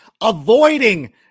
Avoiding